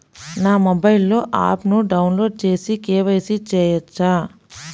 నా మొబైల్లో ఆప్ను డౌన్లోడ్ చేసి కే.వై.సి చేయచ్చా?